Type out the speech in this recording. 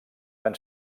van